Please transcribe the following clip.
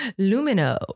Lumino